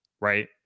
right